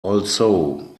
also